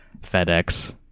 fedex